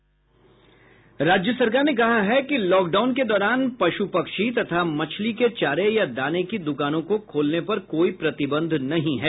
राज्य सरकार ने कहा है कि लॉकडाउन के दौरान पशु पक्षी तथा मछली के चारे या दाने के द्कानों को खोलने पर कोई प्रतिबंध नहीं है